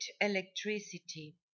electricity